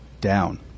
down